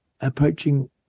approaching